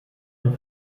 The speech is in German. dem